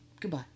Goodbye